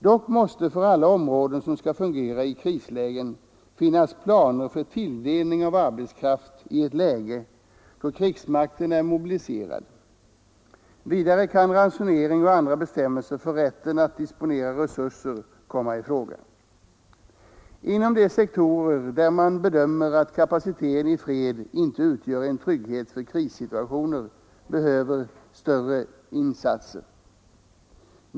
Dock måste för alla områden som skall fungera i krislägen finnas planer för tilldelning av arbetskraft i ett läge då krigsmakten är mobiliserad. Vidare kan ransonering och andra bestämmelser för rätten att disponera resurser komma i fråga. Inom de sektorer där man bedömer att kapaciteten i fred inte utgör en trygghet för krissituationer behövs större insatser.